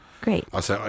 Great